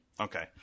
Okay